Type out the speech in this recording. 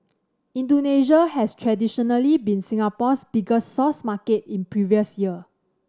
Indonesia has traditionally been Singapore's biggest source market in previous year